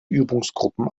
übungsgruppen